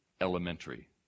elementary